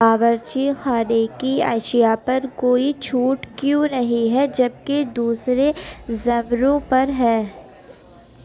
باورچی خانے کی اشیا پر کوئی چھوٹ کیوں نہیں ہے جب کہ دوسرے زمروں پر ہے